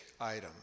item